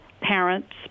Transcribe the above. parents